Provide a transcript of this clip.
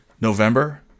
November